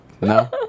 No